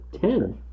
Ten